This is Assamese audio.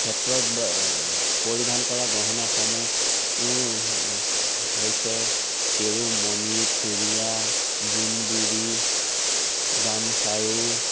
ক্ষেত্ৰত পৰিধান কৰা গহনাসমূহ হৈছে কেৰু মণি থুৰিয়া জোনবিৰি গামখাৰু